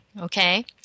okay